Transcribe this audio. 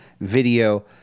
video